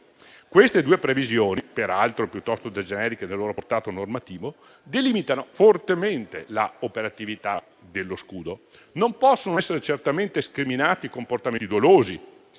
Queste due previsioni, peraltro piuttosto generiche nel loro portato normativo, delimitano fortemente la operatività dello scudo. Non possono essere certamente scriminati i comportamenti dolosi,